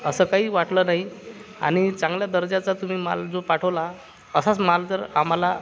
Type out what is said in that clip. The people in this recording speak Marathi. असं काही वाटलं नाही आणि चांगल्या दर्जाचा तुम्ही माल जो पाठवला असाच माल जर आम्हाला